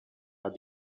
but